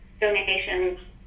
donations